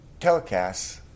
telecasts